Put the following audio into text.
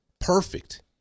perfect